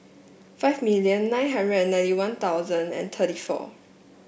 five million nine hundred and ninety One Thousand and thirty four